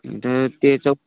अन ते चौक